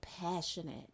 passionate